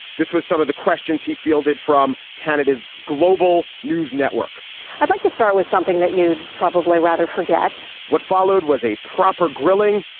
this was some of the questions he fielded from canada's global news network i'd like to start with something that you'd probably rather forget what followed was a proper grilling.